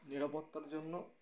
নিরাপত্তার জন্য